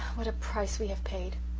what a price we have paid!